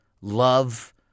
love